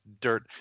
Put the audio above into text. dirt